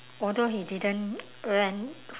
although he didn't went